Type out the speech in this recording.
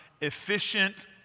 efficient